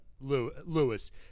Lewis